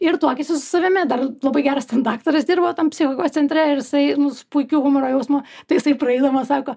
ir tuokėsi su savimi dar labai geras ten daktaras dirbo tam psichikos centre ir jisai nu su puikiu humoro jausmu tai jisai praeidamas sako